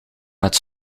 met